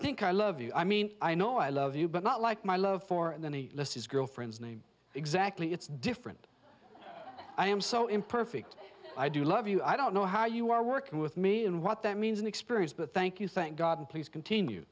think i love you i mean i know i love you but not like my love for and then he lets his girlfriend's name exactly it's different i am so imperfect i do love you i don't know how you are working with me and what that means in experience but thank you thank god and please continue